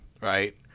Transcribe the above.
right